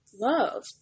love